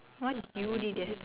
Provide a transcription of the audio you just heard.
what you did yesterday